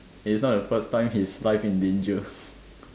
it is not the first time his life in danger